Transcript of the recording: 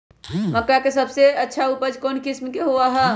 मक्का के सबसे अच्छा उपज कौन किस्म के होअ ह?